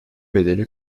bedeli